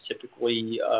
typically